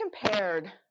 compared